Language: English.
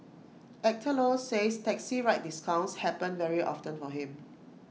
Actor low says taxi ride discounts happen very often for him